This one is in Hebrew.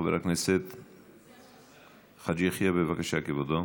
חבר הכנסת חאג' יחיא, בבקשה, כבודו.